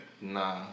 Nah